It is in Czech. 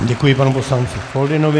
Děkuji panu poslanci Foldynovi.